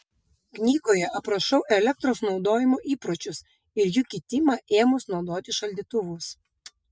knygoje aprašau elektros naudojimo įpročius ir jų kitimą ėmus naudoti šaldytuvus